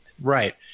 right